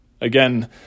again